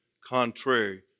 contrary